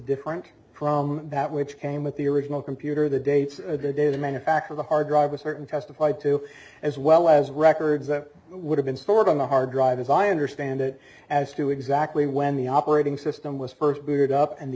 different from that which came with the original computer the dates of the data manufacture the hard drive a certain testified to as well as records that would have been stored on the hard drive as i understand it as to exactly when the operating system was first booted up and t